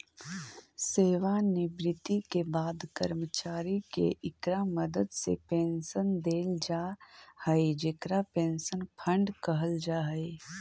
सेवानिवृत्ति के बाद कर्मचारि के इकरा मदद से पेंशन देल जा हई जेकरा पेंशन फंड कहल जा हई